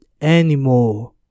anymore